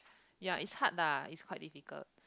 ya it's hard lah it's quite difficult